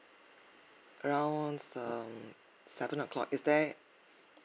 around um seven o'clock is there